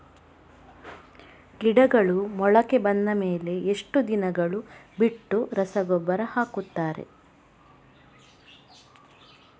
ಗಿಡಗಳು ಮೊಳಕೆ ಬಂದ ಮೇಲೆ ಎಷ್ಟು ದಿನಗಳು ಬಿಟ್ಟು ರಸಗೊಬ್ಬರ ಹಾಕುತ್ತಾರೆ?